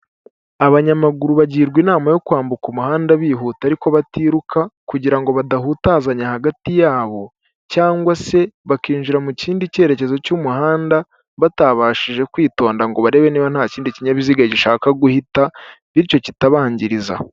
Abanyamaguru bagirwa inama yo kwambuka umuhanda bihuta ariko batiruka kugirango badahutazanya hagati yabo, cyangwa se bakinjira mu kindi cyerekezo cy'umuhanda batabashije kwitonda ngo barebe niba nta kindi kinyabiziga gishaka guhita bityo kitabangiriza.